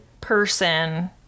person